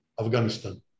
Afghanistan